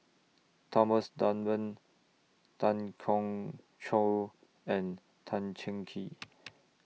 Thomas Dunman Tan Keong Choon and Tan Cheng Kee